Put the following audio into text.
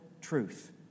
truth